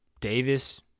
Davis